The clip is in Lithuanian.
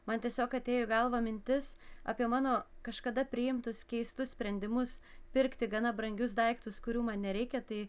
man tiesiog atėjo į galvą mintis apie mano kažkada priimtus keistus sprendimus pirkti gana brangius daiktus kurių man nereikia tai